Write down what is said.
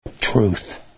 truth